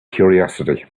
curiosity